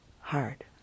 hard